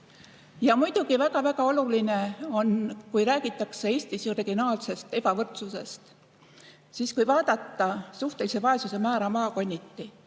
Ja muidugi väga-väga oluline on, kui räägitakse Eestis regionaalsest ebavõrdsusest, vaadata suhtelise vaesuse määra maakonniti.